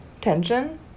tension